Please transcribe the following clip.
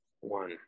one